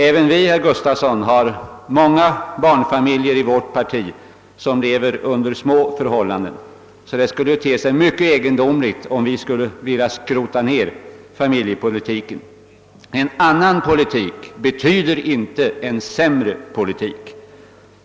Även i vårt parti finns det, herr Gustavsson, många barnfamiljer som lever i små förhållanden, så det skulle te sig mycket egendomligt om vi skulle vilja skrota ned familjepolitiken. En annan politik betyder inte en sämre politik.